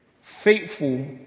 faithful